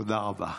תודה רבה.